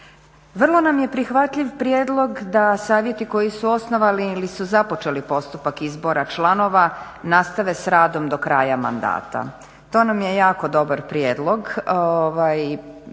Vrlo nam je prihvatljiv prijedlog da savjeti koji su osnovali ili su započeli postupak izbora članova nastave s radom do kraja mandata. To nam je jako dobar prijedlog